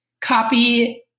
copy